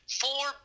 four